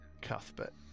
Cuthbert